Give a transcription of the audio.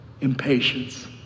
impatience